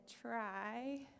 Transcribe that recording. try